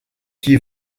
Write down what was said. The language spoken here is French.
qui